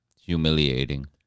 humiliating